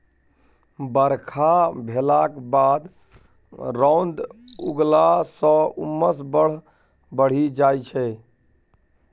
बरखा भेलाक बाद रौद उगलाँ सँ उम्मस बड़ बढ़ि जाइ छै